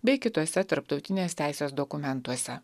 bei kituose tarptautinės teisės dokumentuose